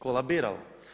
Kolabirala.